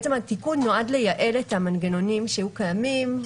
התיקון נועד לייעל את המנגנונים שהיו קיימים.